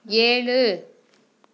ஏழு